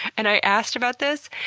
and i asked about this,